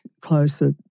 closer